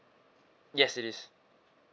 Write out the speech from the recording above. yes it is